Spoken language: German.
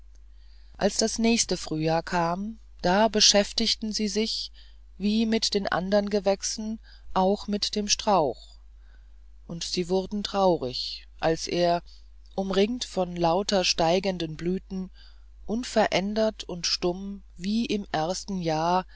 als das nächste frühjahr kam da beschäftigten sie sich wie mit den anderen gewächsen auch mit dem strauch und sie wurden traurig als er umringt von lauter steigenden blüten unverändert und stumm wie im ersten jahr